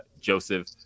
joseph